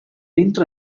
entra